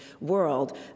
world